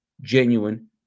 genuine